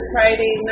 Friday